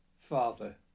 Father